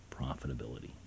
profitability